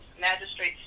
magistrate